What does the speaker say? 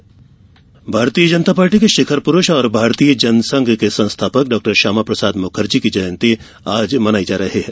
मुखर्जी जयंती भारतीय जनता पार्टी के शिखर प्रुष और भारतीय जनसंघ के संस्थापक डाक्टर श्यामाप्रसाद मुखर्जी की जयंती आज मनाई जा रही है